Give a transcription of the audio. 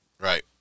right